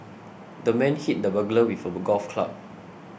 the man hit the burglar with a golf club